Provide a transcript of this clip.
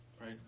right